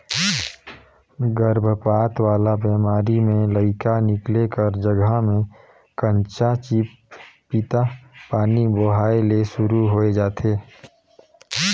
गरभपात वाला बेमारी में लइका निकले कर जघा में कंचा चिपपिता पानी बोहाए ले सुरु होय जाथे